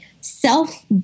self